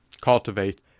cultivate